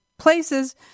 places